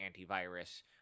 antivirus